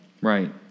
Right